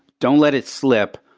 don't let it slip,